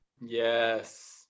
Yes